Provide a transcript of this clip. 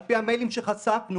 על-פי המיילים שחשפנו,